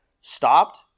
stopped